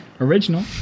Original